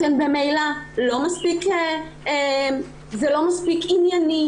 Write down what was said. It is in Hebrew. זה לא מספיק ענייני,